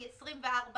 היא 24 ביולי.